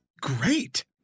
great